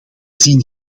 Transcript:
zien